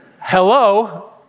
Hello